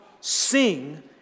Sing